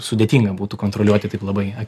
sudėtinga būtų kontroliuoti taip labai